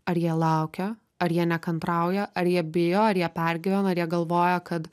ar jie laukia ar jie nekantrauja ar jie bijo ar jie pergyvena ar jie galvoja kad